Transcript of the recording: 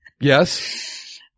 Yes